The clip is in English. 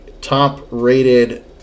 top-rated